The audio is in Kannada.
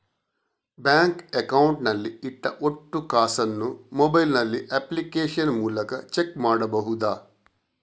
ಬ್ಯಾಂಕ್ ಅಕೌಂಟ್ ನಲ್ಲಿ ಇಟ್ಟ ಒಟ್ಟು ಕಾಸನ್ನು ಮೊಬೈಲ್ ನಲ್ಲಿ ಅಪ್ಲಿಕೇಶನ್ ಮೂಲಕ ಚೆಕ್ ಮಾಡಬಹುದಾ?